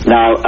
Now